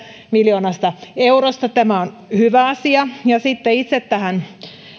miljoonasta eurosta tämä on hyvä asia ja itse tähän